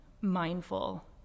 mindful